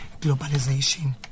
globalization